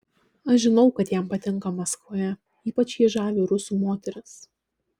aš žinau kad jam patinka maskvoje ypač jį žavi rusų moterys